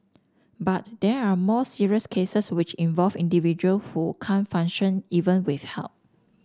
but there are more serious cases which involve individual who can't function even with help